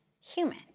human